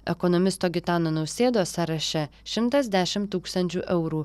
ekonomisto gitano nausėdos sąraše šimtas dešim tūkstančių eurų